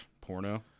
Porno